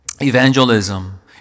Evangelism